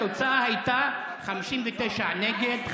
התוצאה הייתה 59 נגד,